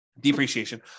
Depreciation